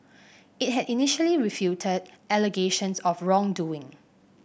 it had initially refuted allegations of wrongdoing